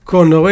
Con